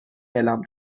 اعلام